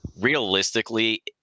realistically